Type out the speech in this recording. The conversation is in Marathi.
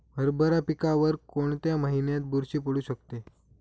हरभरा पिकावर कोणत्या महिन्यात बुरशी पडू शकते?